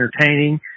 entertaining